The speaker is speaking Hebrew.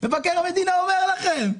מבקר המדינה אומר לכם,